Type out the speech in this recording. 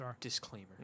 Disclaimer